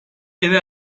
eve